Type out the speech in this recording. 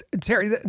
Terry